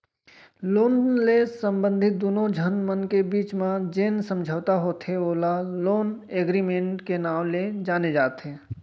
loan ले संबंधित दुनो झन मन के बीच म जेन समझौता होथे ओला लोन एगरिमेंट के नांव ले जाने जाथे